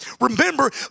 Remember